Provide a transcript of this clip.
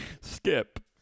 Skip